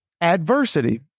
adversity